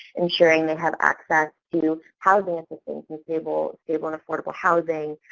ensuring they have access to housing assistance and stable stable and affordable housing,